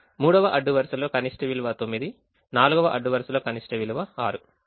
3వ అడ్డు వరుసలో కనిష్ట విలువ 9 4వ అడ్డు వరుసలో కనిష్ట విలువ 6